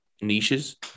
niches